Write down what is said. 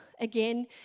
again